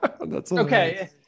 Okay